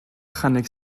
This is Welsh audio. chynnig